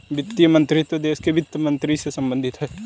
वित्त मंत्रीत्व देश के वित्त मंत्री से संबंधित है